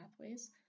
pathways